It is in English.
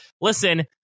listen